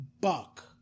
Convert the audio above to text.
buck